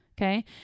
okay